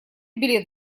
билет